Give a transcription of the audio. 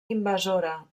invasora